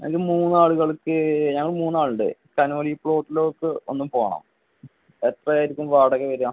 അത് മൂന്ന് ആളുകൾക്ക് ഞങ്ങൾ മൂന്ന് ആളുണ്ട് കനോലി പ്ലോട്ടിലോട്ട് ഒന്ന് പോണം എത്രയായിരിക്കും വാടക വരിക